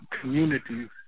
communities